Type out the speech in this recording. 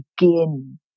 begin